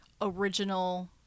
original